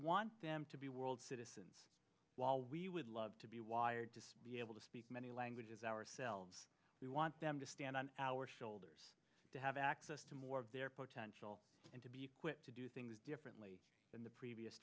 want them to be world citizens while we were love to be wired to be able to speak many languages ourselves we want them to stand on our shoulders to have access to more of their potential and to be equipped to do things differently than the previous